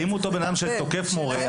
האם אותו בן-אדם שתוקף מורה,